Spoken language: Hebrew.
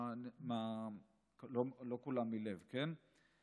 לא כולם מלב, כן?